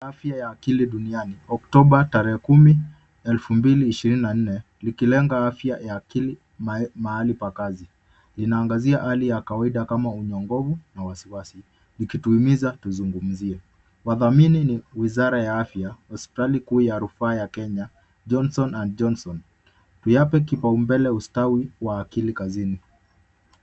Afya ya akili duniani. Oktoba tarehe kumi, elfu mbili ishirini na nne, likilenga afya ya akili mahali pa kazi. Inangazia hali ya kawaida kama Unyongovu na Wasiwasi. likituumiza tuzungumzie. Wathamini ni Wizara ya Afya, hospitali kuu ya rufaa ya Kenya, Johnson and Johnson. Tuyape kipaumbele ustawi wa akili kazini.